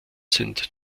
sind